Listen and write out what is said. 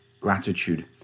gratitude